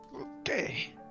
Okay